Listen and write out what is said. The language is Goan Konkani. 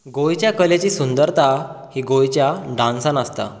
गोंयच्या कलेची सुंदरता ही गोंयच्या डान्सान आसता